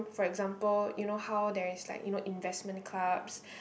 for example you know how there's like you know investment clubs